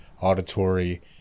auditory